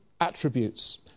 attributes